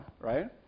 right